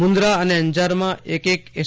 મુન્દ્રા અને અંજારમાં એક એક એસ